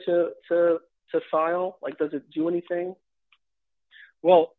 the file like does it do anything well